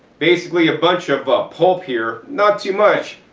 basically a bunch of ah pulp here. not too much,